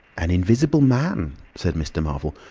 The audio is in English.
an invisible man! said mr. marvel.